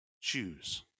choose